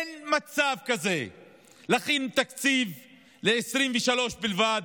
אין מצב כזה להכין תקציב ל-2023 בלבד,